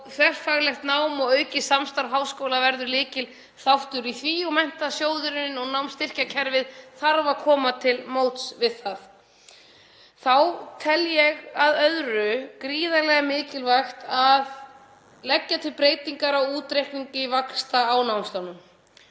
þverfaglegt nám og aukið samstarf háskóla verður lykilþáttur í því og Menntasjóðurinn og námsstyrkjakerfið þarf að koma til móts við það. Þá tel ég að öðru gríðarlega mikilvægt að leggja til breytingar á útreikningi vaxta á námslánum